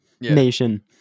nation